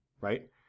right